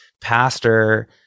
pastor